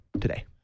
today